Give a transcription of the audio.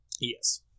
Yes